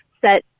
set